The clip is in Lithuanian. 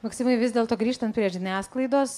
maksimai vis dėlto grįžtant prie žiniasklaidos